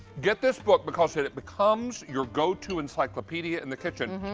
get this book because it it becomes your go to encyclopedia in the kitchen,